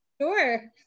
Sure